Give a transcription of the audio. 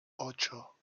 ocho